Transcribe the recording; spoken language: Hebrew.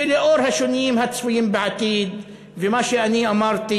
ולאור השינויים הצפויים בעתיד ומה שאמרתי